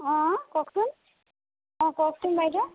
অঁ কওকচোন অঁ কওকচোন বাইদেউ